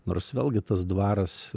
nors vėlgi tas dvaras